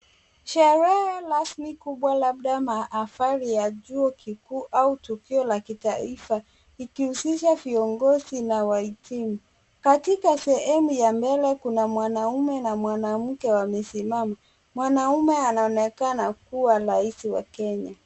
Sherehe kubwa rasmi labda afari ya chuo kikuu au tukio la kitaifa, likihusisha viongozi na wahitimu. Katika sehemu ya mbele kuna mwanaume na mwanamke wamesimama. Mwanaume anaonekana kuwa rais wa Kenya.